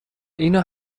اینو